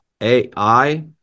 AI